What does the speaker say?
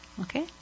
Okay